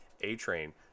A-Train